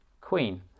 queen